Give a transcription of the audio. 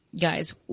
guys